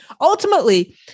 Ultimately